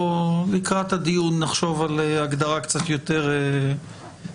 לקראת הדיון נחשוב על הגדרה קצת יותר מתואמת,